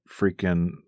freaking